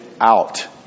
out